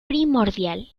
primordial